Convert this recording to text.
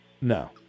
No